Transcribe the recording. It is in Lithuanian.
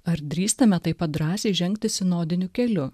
ar drįstame taip pat drąsiai žengti sinodiniu keliu